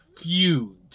feud